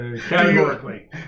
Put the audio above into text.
categorically